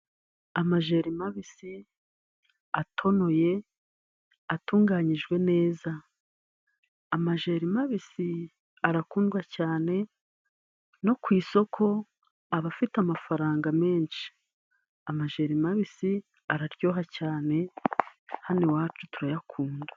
Amajeri mabisi, atonoye , atunganyijwe neza. Amajeri mabisi arakundwa cyane no ku isoko aba afite amafaranga menshi . Amajeri mabisi araryoha cyane hano iwacu turayakunda.